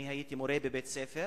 הייתי מורה בבית-ספר,